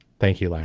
thank you larry.